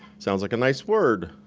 sounds like a nice word,